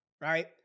right